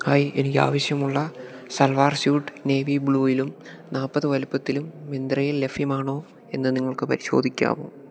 hi എനിക്ക് ആവശ്യമുള്ള salwar suit navy ബ്ലൂവിലും നാൽപ്പത് വലുപ്പത്തിലും മിന്ത്രയിൽ ലഭ്യമാണോ എന്ന് നിങ്ങൾക്ക് പരിശോധിക്കാമോ